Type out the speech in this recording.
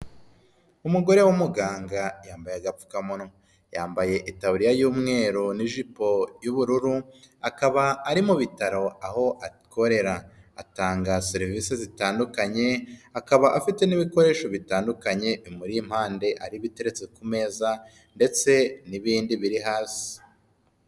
Umugore w'umuganga yambaye agapfukamunwa. Yambaye itaburiya y'umweru n'ijipo y'ubururu akaba ari mu bitaro aho akorera. Atanga serivisi zitandukanye, akaba afite n'ibikoresho bitandukanye bimuri impande ari biteretse ku meza, ndetse n'ibindi biri hasi.